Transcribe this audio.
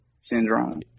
syndrome